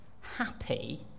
happy